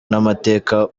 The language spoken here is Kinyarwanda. n’amateka